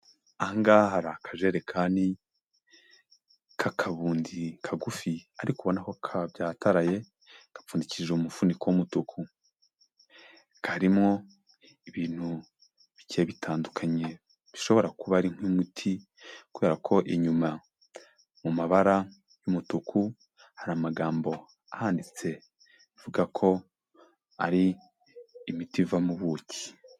Aha ngaha hari akajerekani ka kabundi kagufi ariko ubona ko kabyataraye, gapfundikishije umufuniko w'umutuku, karimo ibintu bigiye bitandukanye bishobora kuba ari nk'imiti, kubera ko inyuma mu mabara y'umutuku hari amagambo ahanditse vuga ko ari imiti iva mu ubuki.